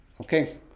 Okay